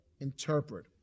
interpret